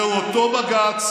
זהו אותו בג"ץ,